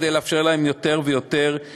כדי לאפשר להם להתארגן יותר טוב.